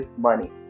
money